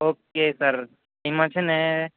okay sir એમાં છે ને